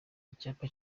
icyapa